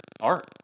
art